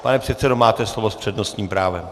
Pane předsedo, máte slovo s přednostním právem.